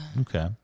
Okay